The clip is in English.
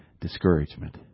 discouragement